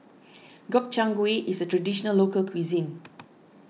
Gobchang Gui is a Traditional Local Cuisine